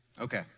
Okay